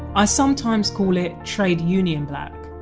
i sometimes call it trade union black,